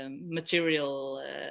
material